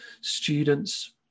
students